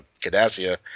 Cadassia